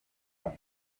one